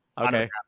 Okay